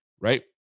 Right